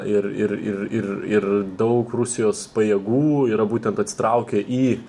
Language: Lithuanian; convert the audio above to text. ir ir ir ir ir daug rusijos pajėgų yra būtent atsitraukę į